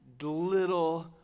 little